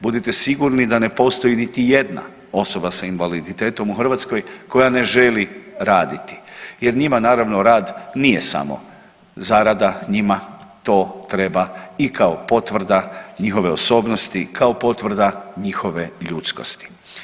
Budite sigurni da ne postoji niti jedna osoba sa invaliditetom u Hrvatskoj koja ne želi raditi, jer njima naravno rad nije samo zarada, njima to treba i kao potvrda njihove osobnosti, kao potvrda njihove ljudskosti.